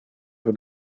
voor